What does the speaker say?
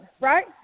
right